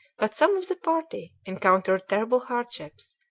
but some of the party encountered terrible hardships,